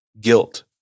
Guilt